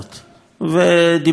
ודיברנו על כך